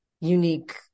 unique